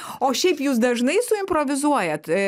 o šiaip jūs dažnai suimprovizuojat